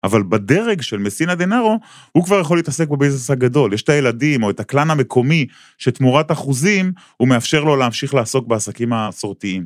אבל בדרג של מסינה דנארו, הוא כבר יכול להתעסק בביזנס הגדול. יש את הילדים או את הקלאן המקומי, שתמורת אחוזים, הוא מאפשר לו להמשיך לעסוק בעסקים המסורתיים.